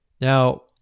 Now